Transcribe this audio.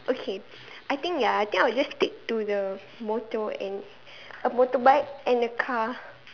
okay I think ya I think I'll just stick to the motor and the motorbike and the car